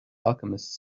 alchemist